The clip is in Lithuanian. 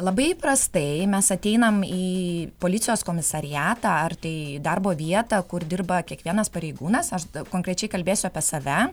labai įprastai mes ateinam į policijos komisariatą ar tai darbo vietą kur dirba kiekvienas pareigūnas aš konkrečiai kalbėsiu apie save